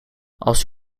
als